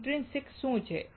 ઇન્ટ્રિન્સિક્શું છે